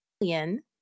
million